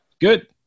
Good